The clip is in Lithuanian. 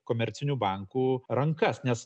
komercinių bankų rankas nes